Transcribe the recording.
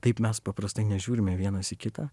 taip mes paprastai nežiūrime vienas į kitą